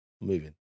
Moving